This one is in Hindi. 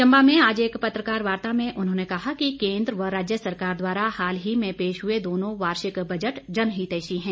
चंबा में आज एक पत्रकार वार्ता में उन्होंने कहा कि केन्द्र व राज्य सरकार द्वारा हाल ही में पेश हुए दोनों वार्षिक बजट जनहितैषी हैं